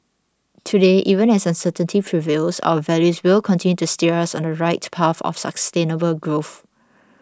today even as uncertainty prevails our values will continue to steer us on the right path of sustainable growth